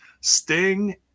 Sting